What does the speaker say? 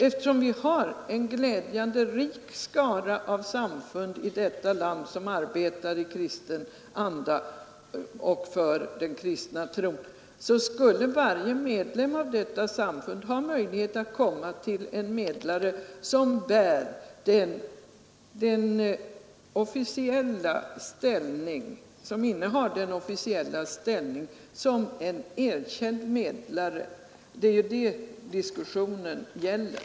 Eftersom vi har en glädjande rik skara av dessa i detta land som arbetar i kristen anda och för den kristna tron, skulle varje medlem av dessa samfund ha möjlighet att komma till en medlare som innehar officiell ställning som erkänd medlare. Det är detta diskussionen gäller.